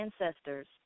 ancestors